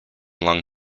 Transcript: lung